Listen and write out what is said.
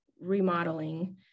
remodeling